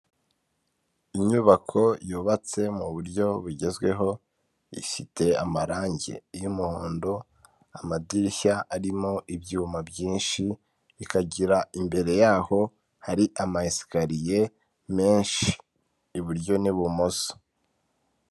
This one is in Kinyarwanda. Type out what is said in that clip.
Inyubako yubatse mu buryo bugezweho ifite amarangi y'umuhondo, amadirishya arimo ibyuma byinshi, ikagira imbere yaho hari ama esikariye menshi iburyo n'ibumoso.